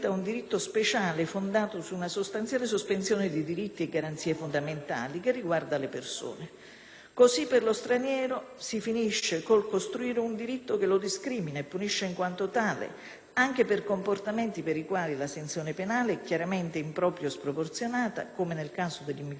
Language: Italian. Così per lo straniero si finisce col costruire un diritto che lo discrimina e punisce in quanto tale, anche per comportamenti per i quali la sanzione penale è chiaramente impropria e sproporzionata, come nel caso dell'immigrazione irregolare, ovvero è ingiustificatamente diversa da quella prevista per altri soggetti che commettono lo stesso reato.